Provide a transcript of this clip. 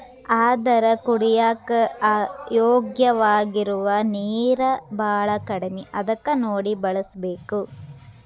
ಆದರ ಕುಡಿಯಾಕ ಯೋಗ್ಯವಾಗಿರು ನೇರ ಬಾಳ ಕಡಮಿ ಅದಕ ನೋಡಿ ಬಳಸಬೇಕ